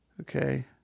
Okay